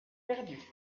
perdus